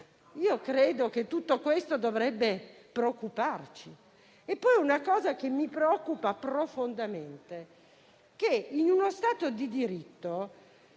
Io credo che tutto questo dovrebbe preoccuparci. Una cosa che mi preoccupa profondamente è che lo Stato di diritto